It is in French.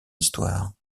histoire